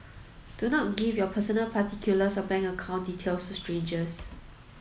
do not give your personal particulars or bank account details to strangers